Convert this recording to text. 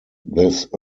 this